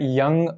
young